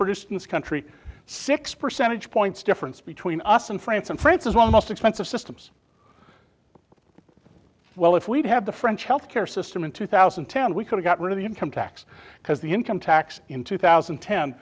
produced in this country six percentage points difference between us and france and france as well most expensive systems well if we'd had the french health care system in two thousand and ten we could have got rid of the income tax because the income tax in two thousand